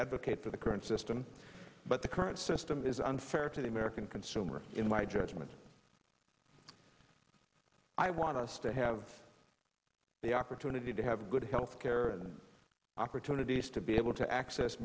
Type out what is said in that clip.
advocate for the current system but the current system is unfair to the american consumer in my judgment i want us to have the opportunity to have good health care and opportunities to be able to access